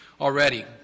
already